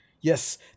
Yes